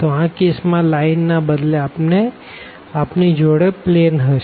તો આ કેસ માં લાઈન ના બદલે આપણી જોડે પ્લેન હશે